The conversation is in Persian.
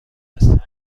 هستن